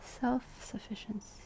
Self-sufficiency